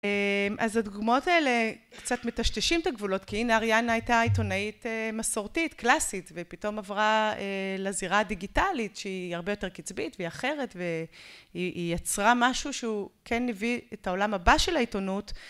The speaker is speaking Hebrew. אז הדוגמאות האלה קצת מטשטשים את הגבולות, כי הנה אריאנה הייתה עיתונאית מסורתית, קלאסית ופתאום עברה לזירה הדיגיטלית שהיא הרבה יותר קצבית והיא אחרת והיא יצרה משהו שהוא כן הביא את העולם הבא של העיתונות